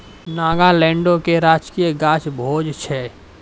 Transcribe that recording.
नागालैंडो के राजकीय गाछ भोज छै